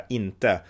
inte